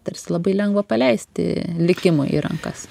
tarsi labai lengva paleisti likimui į rankas